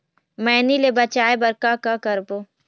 मैनी ले बचाए बर का का करबो?